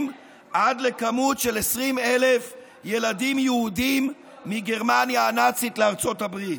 עד למספר של 20,000 ילדים יהודים מגרמניה הנאצית לארצות הברית.